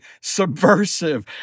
subversive